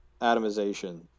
atomization